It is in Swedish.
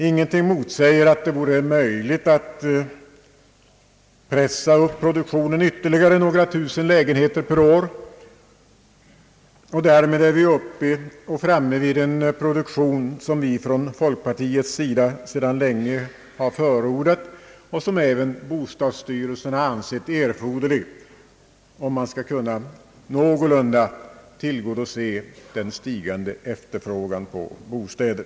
Ingenting motsäger att det vore möjligt att pressa upp produktionen ytterligare några tusen lägenheter per år, och därmed vore vi framme vid en produktion som folkpartiet sedan länge har förordat och som även bostadsstyrelsen har ansett erforderlig för att någorlunda kunna tillgodose den stigande efterfrågan på bostäder.